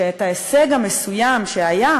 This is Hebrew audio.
שאת ההישג המסוים שהיה,